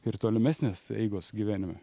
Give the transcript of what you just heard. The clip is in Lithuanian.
ir tolimesnės eigos gyvenime